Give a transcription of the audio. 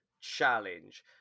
challenge